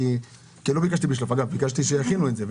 דרך אגב, ביקשתי שיכינו את זה.